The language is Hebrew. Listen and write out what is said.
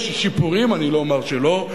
יש שיפורים, אני לא אומר שלא.